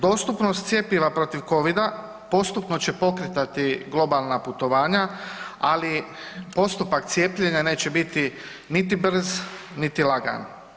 Dostupnost cjepiva protiv Covida postupno će pokretati globalna putovanja, ali postupak cijepljenja neće biti niti brz niti lagan.